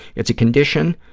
it's a condition,